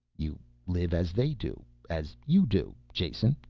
you live as they do as you do, jason,